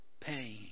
pain